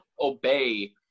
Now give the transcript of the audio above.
obey